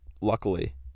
Luckily